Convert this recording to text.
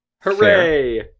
Hooray